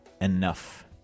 Enough